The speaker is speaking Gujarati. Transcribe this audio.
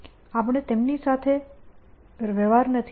આપણે તેમની સાથે વહેવાર નથી